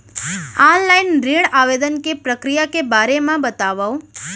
Online ऋण आवेदन के प्रक्रिया के बारे म बतावव?